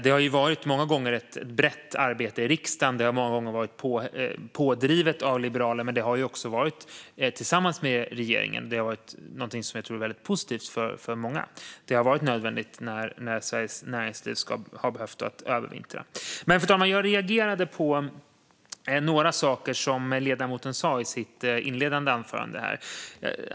Det har varit ett brett arbete i riksdagen, många gånger pådrivet av liberaler, men det har också varit ett arbete tillsammans med regeringen, och det har varit positivt för många. Stöden har varit nödvändiga för att svenskt näringsliv ska kunna övervintra. Fru talman! Jag reagerade på några saker som ledamoten sa i sitt inledande anförande.